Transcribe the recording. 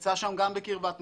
נמצא שם גם בקרבת מקום,